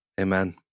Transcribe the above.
Amen